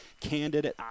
candidate